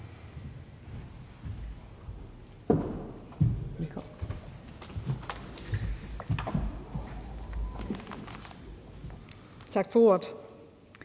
Tak for ordet.